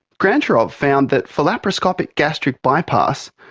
grantcharov found that for laparoscopic gastric bypass,